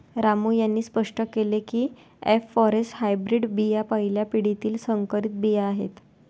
रामू यांनी स्पष्ट केले की एफ फॉरेस्ट हायब्रीड बिया पहिल्या पिढीतील संकरित बिया आहेत